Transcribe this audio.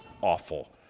awful